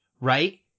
Right